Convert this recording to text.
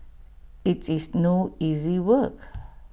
IT is no easy work